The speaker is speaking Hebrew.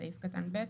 סעיף קטן ב',